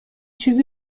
چیزی